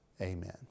Amen